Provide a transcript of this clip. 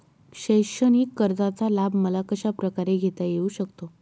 शैक्षणिक कर्जाचा लाभ मला कशाप्रकारे घेता येऊ शकतो?